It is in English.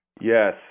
Yes